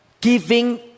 giving